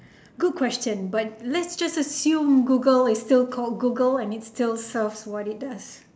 good question but let's just assume google is still called google and it still serves what it does